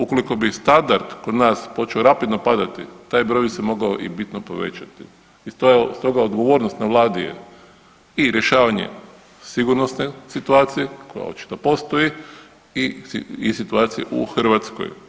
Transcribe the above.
Ukoliko bi standard kod nas počeo rapidno padati taj broj bi se mogao i bitno povećati i stoga odgovornost na Vladi je i rješavanje sigurnosne situacije koja očito postoji i situacije u Hrvatskoj.